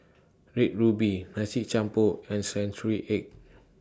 Red Ruby Nasi Campur and Century Egg